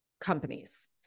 companies